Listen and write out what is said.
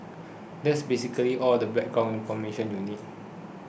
that's basically all the background information you need